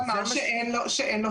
הוא אמר שאין לו התנגדות,